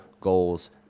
goals